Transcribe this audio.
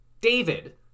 David